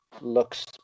looks